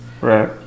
Right